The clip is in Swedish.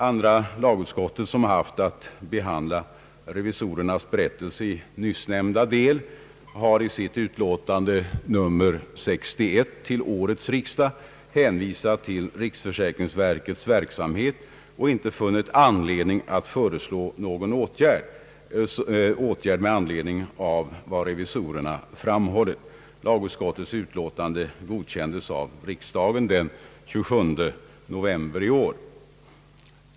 Andra lagutskottet, som har haft att behandla riksdagsrevisorernas berättelse i nyssnämnda del, har i sitt utlåtande nr 61 till årets riksdag hänvisat till riksförsäkringsverkets verksamhet och inte funnit anledning att föreslå någon åtgärd med anledning av vad revisorerna har framhållit. Andra lagutskottets utlåtande godkändes av riksdagen den 27 november i år.